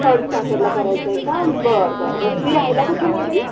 third स्टँडडला करायचं आहे का बरं बरं बरं तुम्ही राहायला कुठे मॅडम